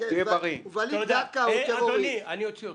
-- אני אוציא אותך.